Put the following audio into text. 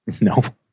No